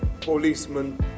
policeman